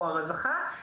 או הרווחה,